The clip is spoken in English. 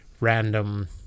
random